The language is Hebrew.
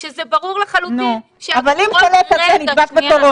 כשזה ברור לחלוטין --- אבל אם חולה כזה נדבק בקורונה,